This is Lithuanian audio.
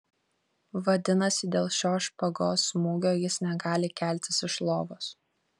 vadinasi dėl šio špagos smūgio jis negali keltis iš lovos